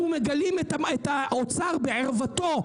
אנחנו מגלים את האוצר בערוותו,